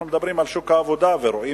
מדברים על שוק העבודה ורואים,